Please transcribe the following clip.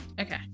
okay